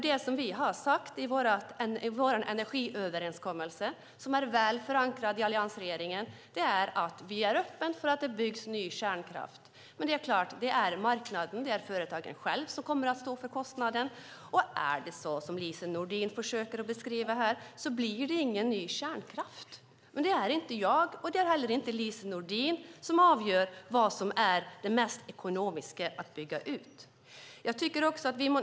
Det vi sagt i vår energiöverenskommelse som är väl förankrad i alliansregeringen är att vi är öppna för att ny kärnkraft byggs. Men det är klart att det är marknaden, företagen själva, som kommer att stå för kostnaden. Om det är så som Lise Nordin här försöker beskriva blir det ingen ny kärnkraft. Men det är inte jag och inte heller Lise Nordin som avgör vad som är mest ekonomiskt att bygga ut.